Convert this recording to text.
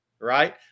right